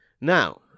Now